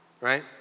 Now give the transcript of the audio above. Right